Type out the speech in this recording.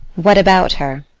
what about her?